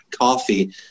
coffee